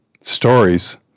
stories